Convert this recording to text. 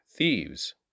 thieves